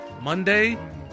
Monday